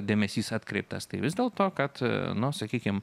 dėmesys atkreiptas tai vis dėl to kad nu sakykim